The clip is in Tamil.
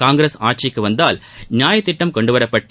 காங்கிரஸ் ஆட்சிக்கு வந்தால் நியாய் திட்டம் கொண்டுவரப்பட்டு